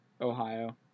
Ohio